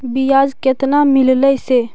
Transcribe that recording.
बियाज केतना मिललय से?